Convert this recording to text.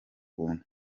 buntu